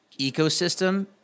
ecosystem